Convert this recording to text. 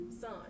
son